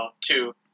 two